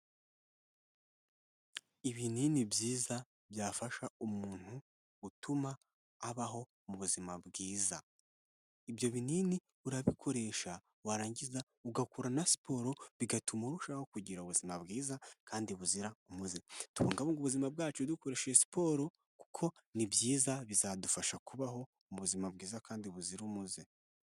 Ibinini byiza byafasha umuntu gutuma abaho mu buzima bwiza, ibyo binini urabikoresha warangiza ugakora na siporo bigatuma urushaho kugira ubuzima bwiza kandi buzira umuze, tubungabunge ubuzima bwacu dukoresha siporo kuko ni byiza bizadufasha kubaho mu buzima bwiza kandi buzira umuze.